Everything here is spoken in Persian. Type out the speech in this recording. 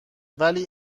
ولی